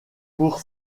pour